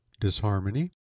disharmony